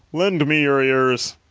lend me your ears!